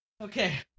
Okay